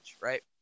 Right